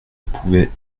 pouvait